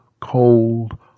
cold